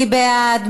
מי בעד?